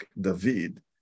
David